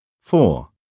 Four